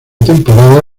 temporada